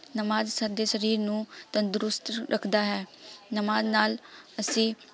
ਨਮਾਜ਼ ਸਾਡੇ ਸਰੀਰ ਨੂੰ ਤੰਦਰੁਸਤ ਰੱਖਦਾ ਹੈ ਨਮਾਜ਼ ਨਾਲ ਅਸੀਂ